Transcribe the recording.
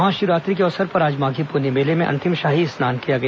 महाशिवरात्रि के अवसर पर आज माधी पुन्नी मेले में अंतिम शाही स्नान किया गया